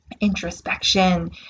introspection